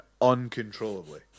uncontrollably